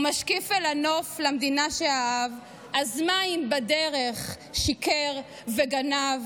// הוא משקיף אל הנוף למדינה שאהב / אז מה אם בדרך שיקר וגנב,